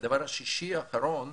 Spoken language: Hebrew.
הדבר השישי והאחרון,